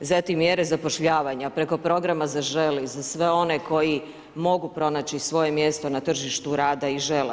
Zatim mjere zapošljavanja preko programa „Zaželi“ za sve one koji mogu pronaći svoje mjesto na tržištu rada i žele.